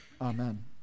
Amen